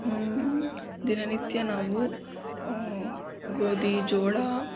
ದಿನನಿತ್ಯ ನಾವು ಗೋಧಿ ಜೋಳ